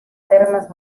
termes